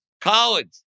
college